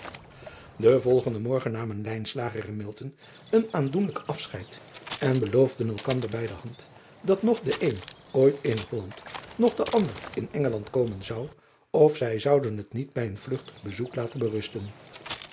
en volgenden morgen namen en een aandoenlijk afscheid en beloofden elkander bij de hand dat noch de een ooit in olland noch de ander in ngeland komen zou of zij zouden het niet bij een vlugtig bezoek laten berusten